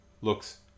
looks